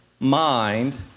Mind